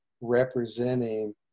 representing